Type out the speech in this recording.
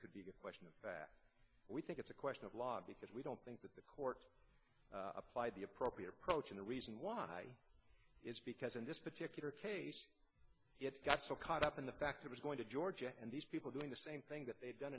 could be a question of that we think it's a question of law because we don't think that the court applied the appropriate approach and a reason why is because in this particular case it's got so caught up in the fact it was going to georgia and these people doing the same thing that they'd done